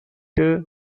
cao